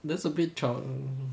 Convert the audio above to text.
that's a bit child